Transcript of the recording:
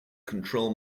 control